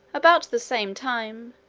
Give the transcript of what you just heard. about the same time,